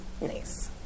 Nice